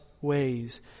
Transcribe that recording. ways